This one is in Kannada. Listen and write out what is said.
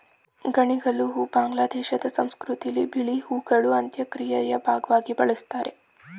ಗಣಿಗಲು ಹೂ ಬಾಂಗ್ಲಾದೇಶ ಸಂಸ್ಕೃತಿಲಿ ಬಿಳಿ ಹೂಗಳು ಅಂತ್ಯಕ್ರಿಯೆಯ ಭಾಗ್ವಾಗಿ ಬಳುಸ್ತಾರೆ